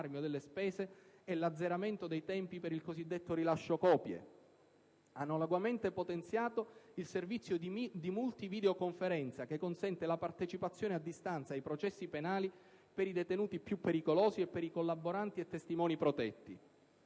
il servizio di multivideoconferenza, che consente la partecipazione a distanza ai processi penali per i detenuti più pericolosi e per i collaboranti e testimoni protetti.